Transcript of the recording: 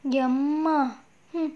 ஏமா:yaemaa